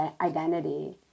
identity